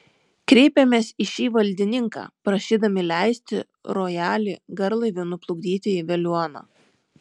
kreipėmės į šį valdininką prašydami leisti rojalį garlaiviu nuplukdyti į veliuoną